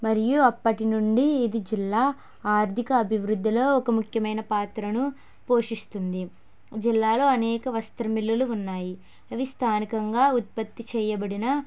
మరియు అప్పటినుండి ఇది జిల్లా ఆర్థిక అభివృద్ధిలో ఒక ముఖ్యమైన పాత్రను పోషిస్తుంది జిల్లాలో అనేక వస్త్ర మిల్లులు ఉన్నాయి అవి స్థానికంగా ఉత్పత్తి చేయబడిన